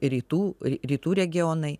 rytų rytų regionai